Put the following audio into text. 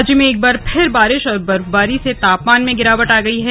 राज्य में एक बार फिर बारिश और बर्फबारी से तापमान में गिरावट आ गई है